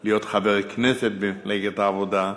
לחבר כנסת במפלגת העבודה.